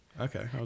Okay